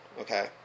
okay